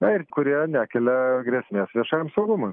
na ir kurie nekelia grėsmės viešajam saugumui